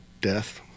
death